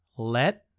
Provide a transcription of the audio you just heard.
Let